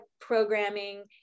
programming